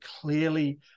clearly